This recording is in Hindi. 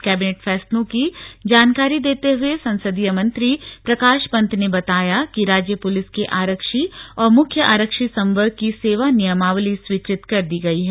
कैबिनेट फैसलों की जानकारी देते हुए संसदीय मंत्री प्रकाश पन्त ने बताया कि राज्य पुलिस के आरक्षी और मुख्य आरक्षी संवर्ग की सेवा नियमावली स्वीकृत कर दी गई है